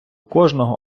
кожного